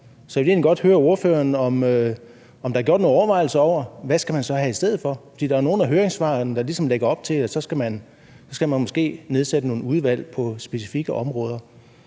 Jeg vil egentlig godt høre ordføreren, om man har gjort sig nogen overvejelser over, hvad man skal have i stedet for, for der er nogle af høringssvarene, der ligesom lægger op til, at så skal man måske nedsætte nogle udvalg på specifikke områder.